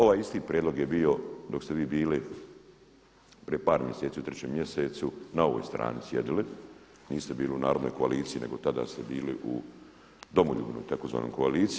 Ovaj isti prijedlog je bio dok ste vi bili prije par mjeseci u 3 mjesecu na ovoj strani sjedili, niste bili u Narodnoj koaliciji nego tada ste bili u Domoljubnoj tzv. koaliciji.